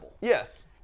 Yes